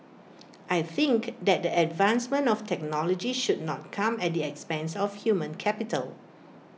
I think that the advancement of technology should not come at the expense of human capital